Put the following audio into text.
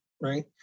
right